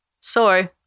Sorry